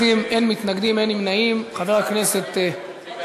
את הצעת חוק הביטוח הלאומי (תיקון,